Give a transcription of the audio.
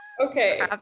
Okay